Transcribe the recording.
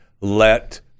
let